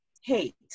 hate